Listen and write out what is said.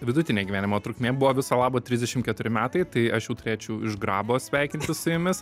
vidutinė gyvenimo trukmė buvo viso labo trisdešim keturi metai tai aš jau turėčiau iš grabo sveikintis su jumis